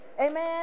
Amen